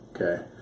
Okay